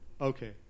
okay